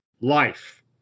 life